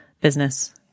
business